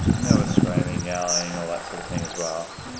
and there was screaming, yelling, all that sort of thing as well,